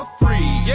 free